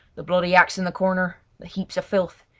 the bloody axe in the corner, the heaps of filth,